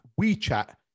WeChat